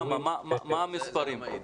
מה המספרים?